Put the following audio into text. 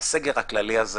הסגר הכללי הזה